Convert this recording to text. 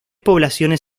poblaciones